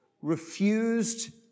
refused